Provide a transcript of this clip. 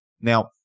Now